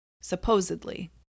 supposedly